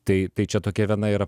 tai tai čia tokia viena yra